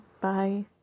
Bye